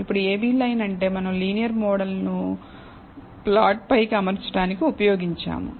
ఇప్పుడు ab line అంటే మనం లీనియర్ మోడల్ను ప్లాట్ పైకి అమర్చడానికి ఉపయోగించాము